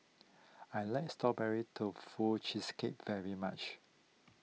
I like Strawberry Tofu Cheesecake very much